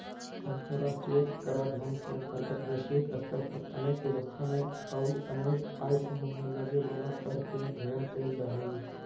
अंतर्राष्ट्रीय कराधान के अंतर्गत वैश्विक स्तर पर अनेक व्यवस्था में अउ अनेक आय समूह में लगे वाला कर के अध्ययन कैल जा हई